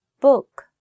Book